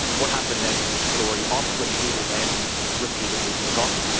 what happened next is a story off repeated and repeatedly forgotten.